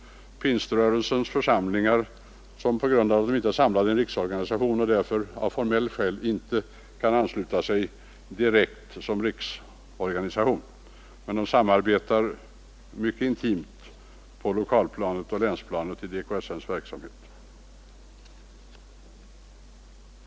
Pingströrelsens församlingar, som på grund av att de inte är samlade i en riksorganisation och därför av formella skäl inte kan ansluta sig direkt som riksorganisation, samarbetar dock mycket intimt på länsoch lokalplanet i DKSN:s verksamhet.